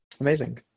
Amazing